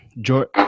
George